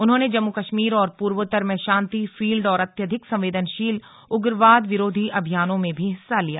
उन्होंने जम्मू कश्मीर और पूर्वोत्तर में शांति फील्ड और अत्यधिक संवेदनशील उग्रवाद विरोधी अभियानों में भी हिस्सा लिया